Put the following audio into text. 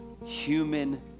Human